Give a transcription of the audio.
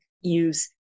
use